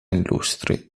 illustri